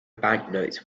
banknotes